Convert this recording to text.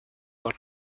con